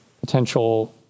potential